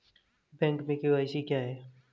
Bank में KYC क्या है?